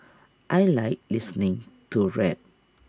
I Like listening to rap